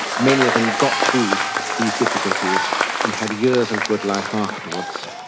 many of them got through these difficulties and had years of good life afterwards.